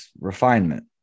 refinement